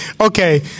okay